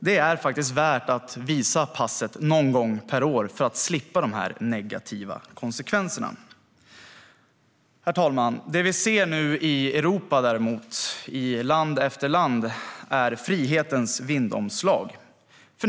Det är faktiskt värt att visa passet någon gång per år för att slippa dessa negativa konsekvenser. Herr talman! Det vi nu däremot ser i land efter land i Europa är frihetens vindomslag.